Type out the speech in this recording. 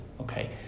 Okay